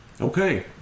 Okay